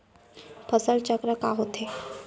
फसल चक्र का होथे?